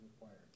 required